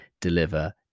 deliver